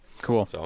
Cool